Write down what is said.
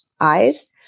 eyes